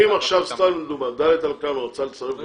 אם למשל דלית אל כרמל רוצה להצטרף לחיפה,